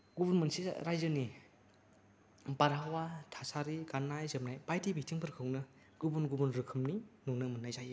गुबुन मोनसे राइजोनि बारहावा थासारि गान्नाय जोमनाय बायदि बिथिंफोरखौनो गुबुन गुबुन रोखोमनि नुनो मोन्नाय जायो